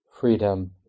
freedom